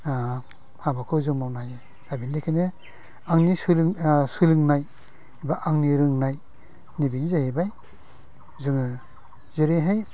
हाबाखौ जों मावनो हायो दा बेनिखायनो आंनि सोलोंनाय बा आंनि रोंनाय नै बिदि जाहैबाय जोङो जेरैहाय